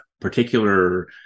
particular